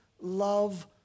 love